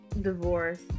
divorce